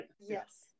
Yes